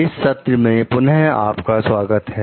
इस सत्र में पुनः आपका स्वागत है